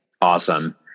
awesome